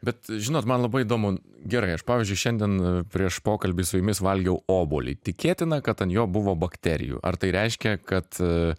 bet žinot man labai įdomu gerai aš pavyzdžiui šiandien prieš pokalbį su jumis valgiau obuolį tikėtina kad an jo buvo bakterijų ar tai reiškia kad